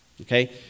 Okay